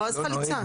לא, אז חליצה.